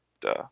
Duh